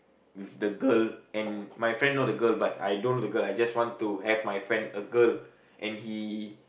with the girl and my friend know the girl but I don't know the girl I just want to have my friend a girl and he